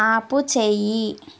ఆపుచెయ్యి